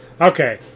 Okay